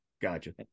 Gotcha